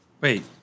wait